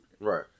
Right